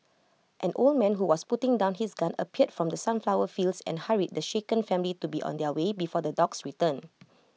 an old man who was putting down his gun appeared from the sunflower fields and hurried the shaken family to be on their way before the dogs return